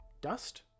dust